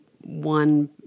one